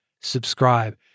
subscribe